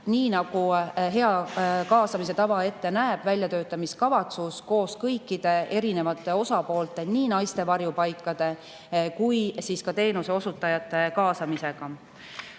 Nii nagu hea kaasamise tava ette näeb, [tehti] väljatöötamiskavatsus koos kõikide erinevate osapoolte, nii naiste varjupaikade kui ka teenuseosutajate kaasamisega.